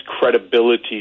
credibility